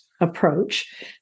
approach